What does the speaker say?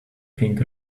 pink